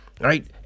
right